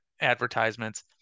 advertisements